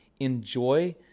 Enjoy